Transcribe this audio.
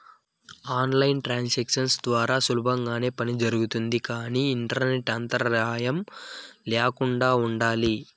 on line transactions ద్వారా సులభంగానే పని జరుగుతుంది కానీ ఇంటర్నెట్ అంతరాయం ల్యాకుండా ఉండాలి